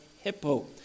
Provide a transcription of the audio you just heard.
Hippo